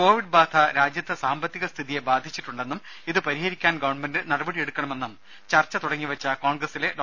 കോവിഡ്ബാധ രാജ്യത്തെ സാമ്പത്തിക സ്ഥിതിയെ ബാധിച്ചിട്ടുണ്ടെന്നും ഇതുപരിഹരിക്കാൻ ഗവൺമെന്റ് നടപടിയെടുക്കണമെന്നും ചർച്ച തുടങ്ങി വെച്ച കോൺഗ്രസിലെ ഡോ